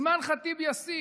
אימאן ח'טיב יאסין